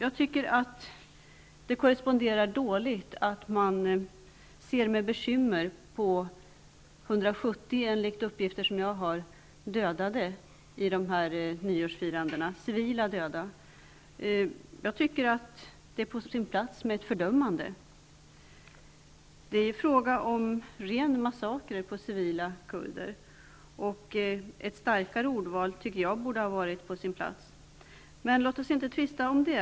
Att utrikesministern är bekymrad över att, enligt uppgifter som jag har, 170 civila människor har dödats i dessa nyårsfiranden, tycker jag korresponderar dåligt med det som hänt. Jag tycker att det är på sin plats med ett fördömande. Det är ju fråga om en ren massaker på civilia kurder. Ett starkare ordval borde ha varit på sin plats. Låt oss emellertid inte tvista om detta.